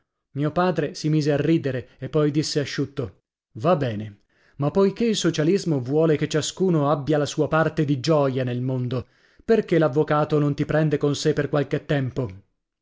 mio padre si mise a ridere e poi disse asciutto va bene ma poiché il socialismo vuole che ciascuno abbia la sua parte di gioia nel mondo perché l'avvocato non ti prende con sé per qualche tempo